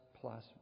plus